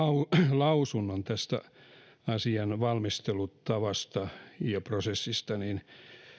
lausunnon tästä asian valmistelutavasta ja prosessista niin